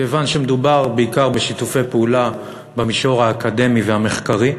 כיוון שמדובר בעיקר בשיתופי פעולה במישור האקדמי והמחקרי.